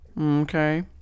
Okay